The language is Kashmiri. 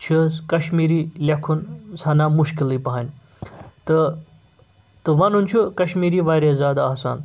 چھِ کَشمیٖری لیٚکھُن ژھَنا مُشکِلٕے پَہنۍ تہٕ تہٕ وَنُن چھُ کشمیٖری واریاہ زیادٕ آسان